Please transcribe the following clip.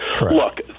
Look